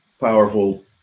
powerful